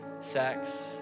sex